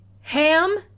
ham